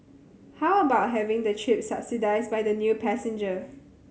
how about having their trip subsidised by the new passenger